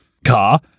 Car